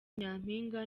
nyampinga